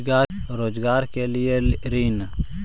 रोजगार के लिए ऋण?